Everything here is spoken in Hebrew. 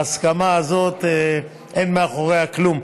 ההסכמה הזאת, אין מאחוריה כלום.